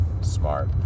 smart